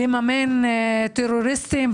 כדי לממן טרוריסטים.